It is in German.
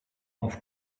auf